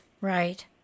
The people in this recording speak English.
right